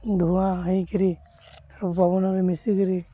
ଧୂଆଁ ହେଇକିରି ପବନରେ ମିଶିକିରି